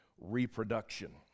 reproduction